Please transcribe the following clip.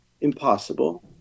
Impossible